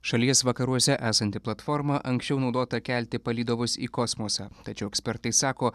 šalies vakaruose esanti platforma anksčiau naudota kelti palydovus į kosmosą tačiau ekspertai sako